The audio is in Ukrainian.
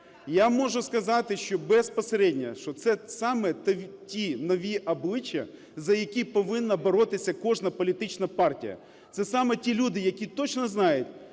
що безпосередньо, що це саме це ті нові обличчя, за які повинна боротися кожна політична партія. Це саме ті люди, які точно знають,